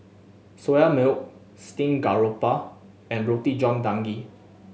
Soya Milk steamed garoupa and Roti John Daging